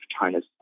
China's